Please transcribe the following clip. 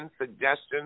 suggestions